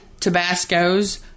Tabascos